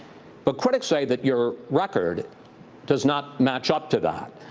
but critics say that your record does not match up to that.